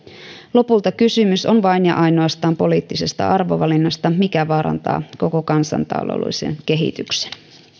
lopulta kysymys on vain ja ainoastaan poliittisesta arvovalinnasta mikä vaarantaa koko kansantaloudellisen kehityksen